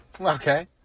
okay